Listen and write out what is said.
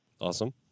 Awesome